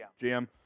GM